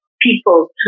people